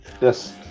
yes